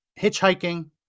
hitchhiking